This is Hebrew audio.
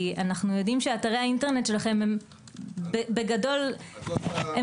כי אנחנו יודעים שאתרי האינטרנט שלכם הם בגדול נגישים.